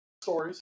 stories